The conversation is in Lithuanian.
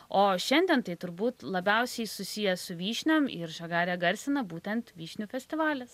o šiandien tai turbūt labiausiai susiję su vyšniom ir žagarę garsina būtent vyšnių festivalis